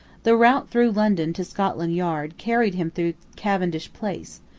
the route through london to scotland yard carried him through cavendish place,